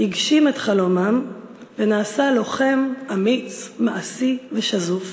הגשים את חלומם ונעשה לוחם אמיץ, מעשי ושזוף,